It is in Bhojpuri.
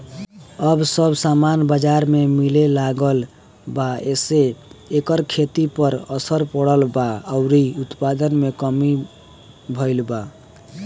अब सब सामान बजार में मिले लागल बा एसे एकर खेती पर असर पड़ल बा अउरी उत्पादन में कमी भईल बा